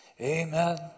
Amen